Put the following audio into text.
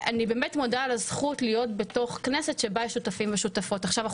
אני מודה על הזכות להיות בכנסת שבה יש שותפים ושותפות לכך.